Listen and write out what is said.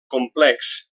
complex